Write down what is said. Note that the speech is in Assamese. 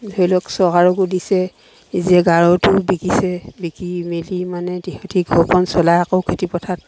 ধৰি লওক চৰকাৰকো দিছে নিজে গাঁৱতো বিকিছে বিকি মেলি মানে সিহঁতি ঘৰখন চলাই আকৌ খেতিপথাৰত